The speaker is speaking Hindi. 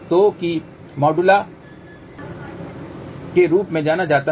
तो कि मॉडुला के रूप में जाना जाता है